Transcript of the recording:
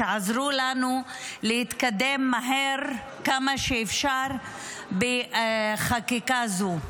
שעזרו לנו להתקדם מהר ככל האפשר בחקיקה הזו.